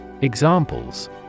Examples